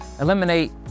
eliminate